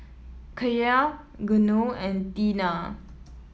Kaia Geno and Teena